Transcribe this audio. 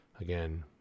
Again